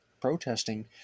protesting